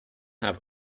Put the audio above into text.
have